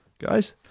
guys